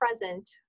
present